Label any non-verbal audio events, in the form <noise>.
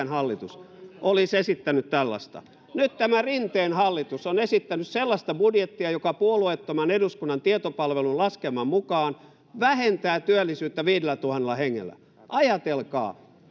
<unintelligible> hallitus olisi esittänyt tällaista nyt tämä rinteen hallitus on esittänyt sellaista budjettia joka puolueettoman eduskunnan tietopalvelun laskelman mukaan vähentää työllisyyttä viidellätuhannella hengellä ajatelkaa